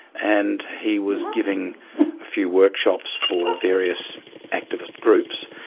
and he was giving a few workshops for various activist groups.